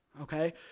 okay